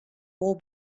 war